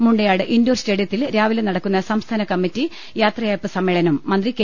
Mundayad indoor സ്റ്റേഡിയത്തിൽ രാവിലെ നടക്കുന്ന സംസ്ഥാന കമറ്റി യാത്രയയപ്പ് സമ്മേളനം മന്ത്രി കെ